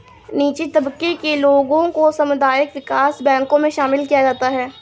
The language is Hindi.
नीचे तबके के लोगों को सामुदायिक विकास बैंकों मे शामिल किया जाता है